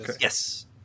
Yes